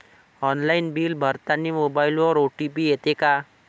Online bill भरतानी मोबाईलवर OTP येते का?